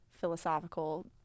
philosophical